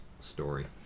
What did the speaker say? story